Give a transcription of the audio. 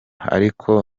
ariko